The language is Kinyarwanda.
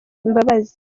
imbabazi